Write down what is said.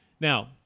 now